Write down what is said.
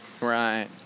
Right